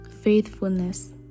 faithfulness